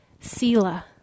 sila